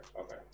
okay